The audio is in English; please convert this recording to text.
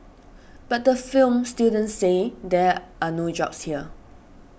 but the film students say there are no jobs here